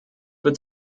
wird